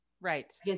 right